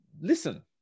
listen